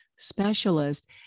specialist